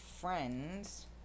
friends